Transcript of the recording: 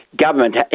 government